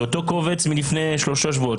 זה אותו קובץ מלפני שלושה שבועות,